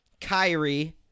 Kyrie